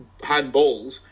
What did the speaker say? handballs